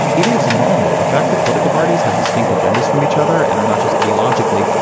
it is normal. the fact that political parties have distinct agendas from each other and are not just ideologically,